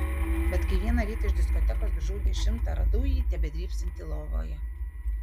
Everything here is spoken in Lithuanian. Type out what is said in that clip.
bet kai vieną rytą iš diskotekos grįžau dešimtą radau jį tebedrybsantį lovoje